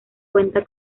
cuenta